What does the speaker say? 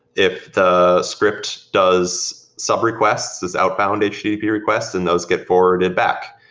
if the script does sub-requests, this outbound and http request, then those get forwarded back,